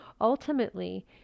ultimately